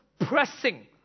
pressing